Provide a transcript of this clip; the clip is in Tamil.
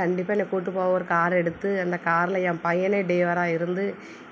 கண்டிப்பாக என்னை கூட்டி போவான் ஒரு கார் எடுத்து அந்த காரில் என் பையனே ட்ரைவராக இருந்து